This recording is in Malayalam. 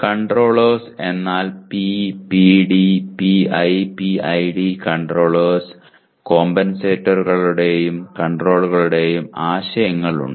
കൺട്രോള്ളേർസ് എന്നാൽ P PD PI PID controllers കോമ്പൻസേറ്ററുകളുടെയും കൺട്രോളറുകളുടെയും ആശയങ്ങൾ ഉണ്ട്